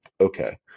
Okay